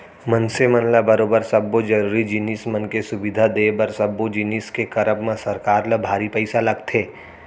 मनसे मन ल बरोबर सब्बो जरुरी जिनिस मन के सुबिधा देय बर सब्बो जिनिस के करब म सरकार ल भारी पइसा लगथे